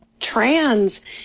trans